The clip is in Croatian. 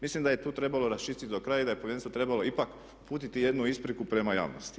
Mislim da je tu trebalo raščistiti do kraja i da je povjerenstvo trebalo ipak uputiti jednu ispriku prema javnosti.